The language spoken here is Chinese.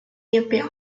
列表